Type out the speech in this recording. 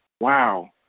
Wow